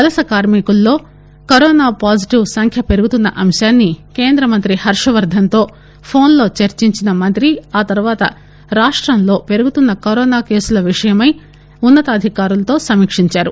వలస కార్మికులలో corona positive సంఖ్య పెరుగుతున్న అంశాన్పి కేంద్ర మంత్రి హర్షవర్దన్ తో ఫోన్ లో చర్చిన మంత్రి అనంతరం రాష్టంలో పెరుగుతున్న కరోన కేసుల విషయమై ఉన్నతాధికారులతో సమీక్షిందారు